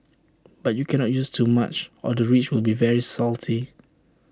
but you cannot use too much or the rice will be very salty